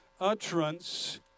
utterance